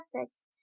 aspects